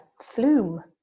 flume